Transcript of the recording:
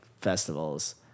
festivals